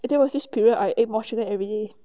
there was this period I eat mos chicken everyday